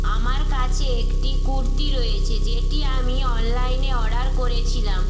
আমার কাছে একটি কুর্তি রয়েছে যেটি আমি অনলাইনে অর্ডার করেছিলাম